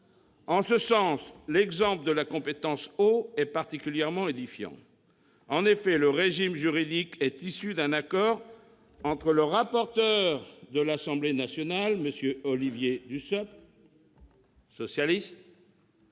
En ce sens, l'exemple de la compétence « eau » est particulièrement édifiant. En effet, le régime juridique est issu d'un accord entre le rapporteur de l'Assemblée nationale, M. Olivier Dussopt, du groupe